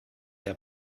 der